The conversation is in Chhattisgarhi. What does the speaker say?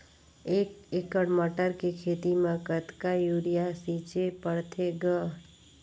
एक एकड़ मटर के खेती म कतका युरिया छीचे पढ़थे ग?